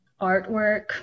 artwork